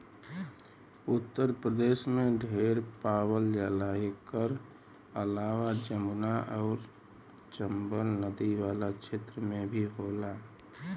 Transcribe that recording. उत्तर प्रदेश में ढेर पावल जाला एकर अलावा जमुना आउर चम्बल नदी वाला क्षेत्र में भी होला